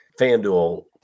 FanDuel